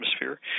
atmosphere